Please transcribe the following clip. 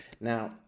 Now